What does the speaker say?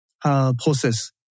process